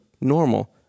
NORMAL